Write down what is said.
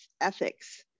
ethics